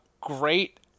great